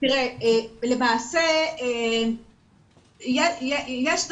למעשה כל